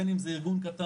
בין אם זה ארגון קטן,